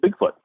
Bigfoot